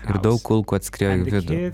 ir daug kulkų atskriejo į vidų